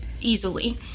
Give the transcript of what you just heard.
easily